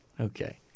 Okay